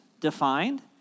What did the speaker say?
defined